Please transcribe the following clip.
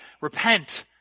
Repent